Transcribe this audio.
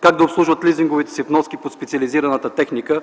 как да обслужват лизинговите си вноски по специализираната техника,